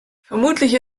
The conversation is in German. vermutlich